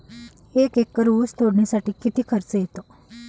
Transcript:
एक एकर ऊस तोडणीसाठी किती खर्च येतो?